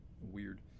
weird